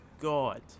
God